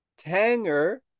Tanger